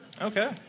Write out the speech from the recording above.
Okay